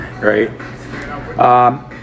Right